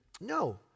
No